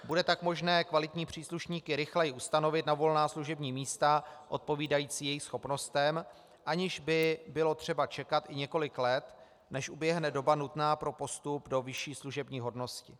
Bude tak možné kvalitní příslušníky rychleji ustanovit na volná služební místa odpovídající jejich schopnostem, aniž by bylo třeba čekat i několik let, než uběhne doba nutná pro postup do vyšší služební hodnosti.